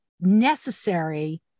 Necessary